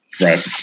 Right